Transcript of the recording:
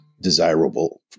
desirable